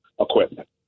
equipment